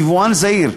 יבואן זעיר,